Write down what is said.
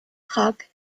prag